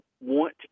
want